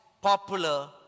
popular